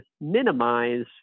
minimize